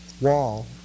wall